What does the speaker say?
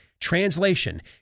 Translation